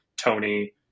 Tony